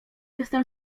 jestem